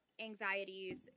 anxieties